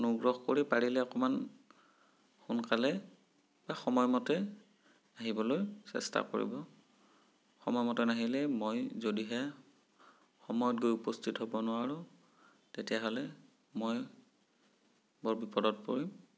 অনুগ্ৰহ কৰি পাৰিলে অকণমান সোনকালে বা সময়মতে আহিবলৈ চেষ্টা কৰিব সময়মতে নাহিলে মই যদিহে সময়ত গৈ উপস্থিত হ'ব নোৱাৰোঁ তেতিয়াহ'লে মই বৰ বিপদত পৰিম